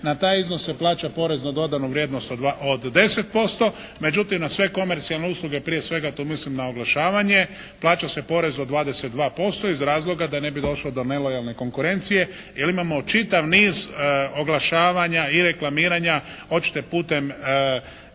na taj iznos se plaća porez na dodanu vrijednost od 10%, međutim na sve komercijalne usluge, prije svega to mislim na oglašavanje plaća se porez od 22% iz razloga da ne bi došlo do nelojalne konkurencije jer imamo čitav niz oglašavanja i reklamiranja hoćete putem